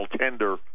tender